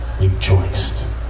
rejoiced